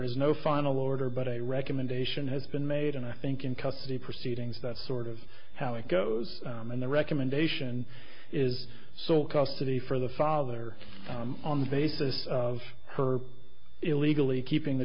is no final order but a recommendation has been made and i think in custody proceedings that sort of how it goes and the recommendation is so custody for the father on the basis of her illegally keeping the